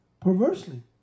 perversely